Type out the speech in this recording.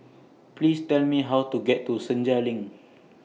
Please Tell Me How to get to Senja LINK